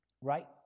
Right